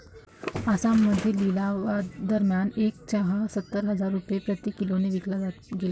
आसाममध्ये लिलावादरम्यान एक चहा सत्तर हजार रुपये प्रति किलोने विकला गेला